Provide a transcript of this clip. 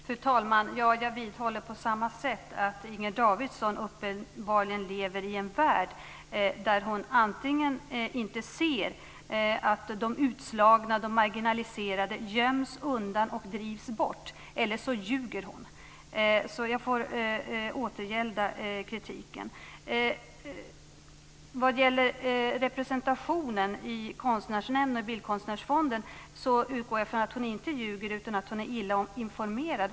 Fru talman! Jag vidhåller på samma sätt att Inger Davidson uppenbarligen lever i en värld där hon inte ser att de utslagna, de marginaliserade, göms undan och drivs bort, eller så ljuger hon. Jag får alltså återgälda kritiken. När det gäller representationen i Konstnärsnämnden och Bildkonstnärsfonden utgår jag från att hon inte ljuger utan att hon är illa informerad.